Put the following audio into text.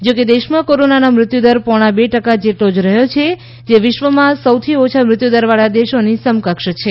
જો કે દેશમાં કોરોનાના મૃત્યુદર પોણા બે ટકા જેટલો જ રહયો છે જે વિશ્વમાં સૌથી ઓછા મૃત્યુદર વાળા દેશોની સમકક્ષ છે